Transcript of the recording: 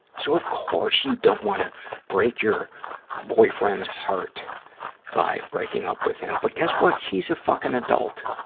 so of course you don't want to break your boyfriend's heart by breaking up with him. but guess what? he's a fucking adult.